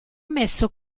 messo